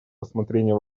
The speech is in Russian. рассмотрение